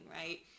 right